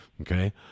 okay